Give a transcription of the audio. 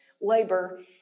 labor